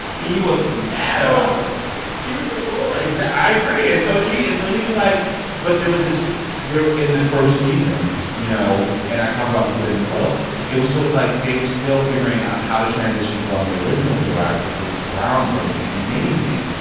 he was mad about it also beards are glory exactly. i agree. and so did he. and so he was like but there was this there in the first seasons, you know and i talk about this a bit in the book it was sort of like they were still figuring out how to transition from the original queer eye, which was groundbreaking and amazing.